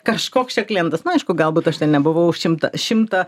kažkoks čia klientas nu aišku galbūt aš ten nebuvau šimtą šimtą